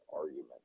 argument